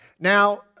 Now